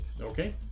Okay